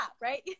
Right